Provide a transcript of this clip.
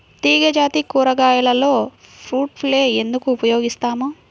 తీగజాతి కూరగాయలలో fruit fly ఎందుకు ఉపయోగిస్తాము?